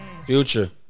Future